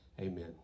amen